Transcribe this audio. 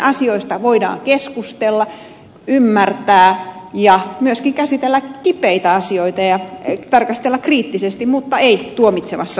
asioista voidaan keskustella niitä voidaan ymmärtää ja voidaan myöskin käsitellä kipeitä asioita ja tarkastella kriittisesti mutta ei tuomitsevassa hengessä välttämättä